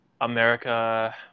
America